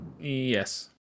Yes